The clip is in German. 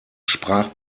sprach